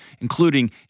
including